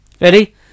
Ready